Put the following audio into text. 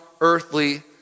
earthly